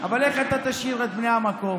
אבל איך אתה תשאיר את בני המקום?